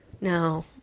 No